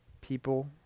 people